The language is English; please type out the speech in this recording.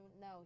No